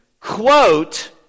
quote